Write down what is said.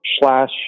slash